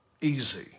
easy